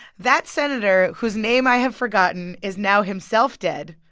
that senator, whose name i have forgotten, is now himself dead,